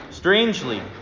Strangely